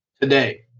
today